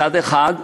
מצד אחד,